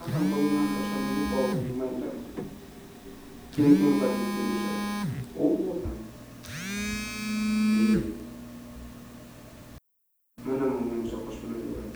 Akan poin da mikupauam kerokeropariot osia ouputam eh, manap omain osia kosimareovait